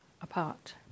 apart